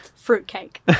Fruitcake